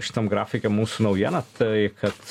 šitam grafike mūsų naujiena tai kad